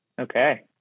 Okay